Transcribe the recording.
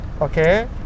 okay